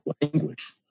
language